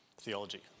Theology